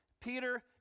Peter